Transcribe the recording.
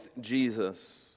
Jesus